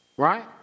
Right